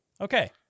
Okay